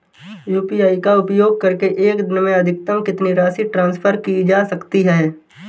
UPI का उपयोग करके एक दिन में अधिकतम कितनी राशि ट्रांसफर की जा सकती है?